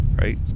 right